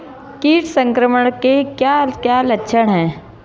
कीट संक्रमण के क्या क्या लक्षण हैं?